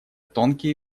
тонкие